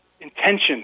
intention